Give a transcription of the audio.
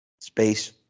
space